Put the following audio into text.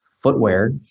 footwear